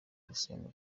gusenga